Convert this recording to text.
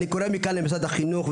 אני קורא מכאן למשרד החינוך,